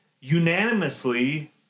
unanimously